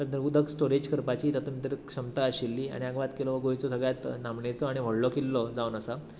थंय उदक स्टॉरेज करपाची तातूंत भितर क्षमताय आशिल्ली आनी आगवाद किल्लो हो गोंयचो सगळ्यांत नामनेचो आनी व्हडलो किल्लो जावन आसा